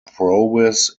prowess